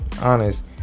honest